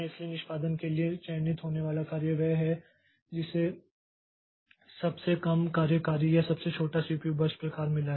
इसलिए निष्पादन के लिए चयनित होने वाला कार्य वह है जिसे सबसे कम कार्यकारी या सबसे छोटा सीपीयू बर्स्ट प्रकार मिला है